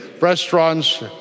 restaurants